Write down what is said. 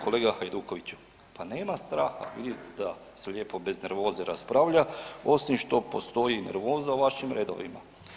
Kolega Hajdukoviću, pa nema straha, vidite da se lijepo bez nervoze raspravlja osim što postoji nervoza u vašim redovima.